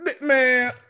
Man